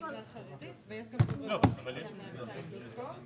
ומדובר כאן על תהליך של הסברה.